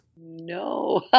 No